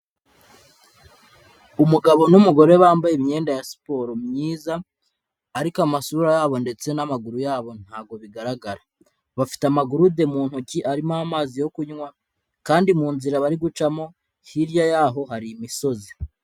Umugabo n'umugore bambaye imyenda ya siporo myiza ariko amasura yabo ndetse n'amaguru yabo ntabwo bigaragara, bafite amagurude mu ntoki arimo amazi yo kunywa kandi mu nzira bari gucamo hirya yaho hari imisozi.